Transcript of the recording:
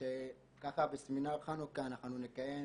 בסמינר חנוכה אנחנו נקיים